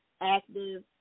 active